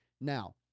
now